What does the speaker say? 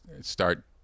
start